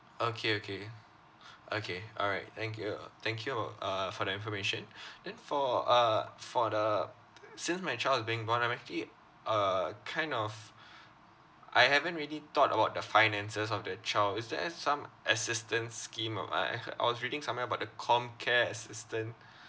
okay okay okay all right thank you thank you uh for the information then for uh for the since my child is being born I'm actually uh kind of I haven't really thought about the finances of the child is there some assistance scheme or I was reading somewhere about the comcare assistance